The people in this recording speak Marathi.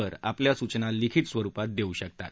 वर आपल्या सूचना लिखित स्वरुपात देऊ शकतात